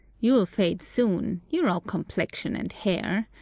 you'll fade soon you're all complexion and hair.